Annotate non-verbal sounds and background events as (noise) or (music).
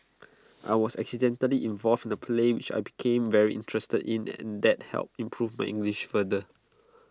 (noise) I was accidentally involved in A play which I became very interested in and that helped improve my English further